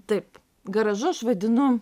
taip garažu aš vadinu